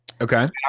Okay